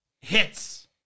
hits